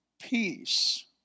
peace